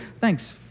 thanks